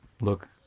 look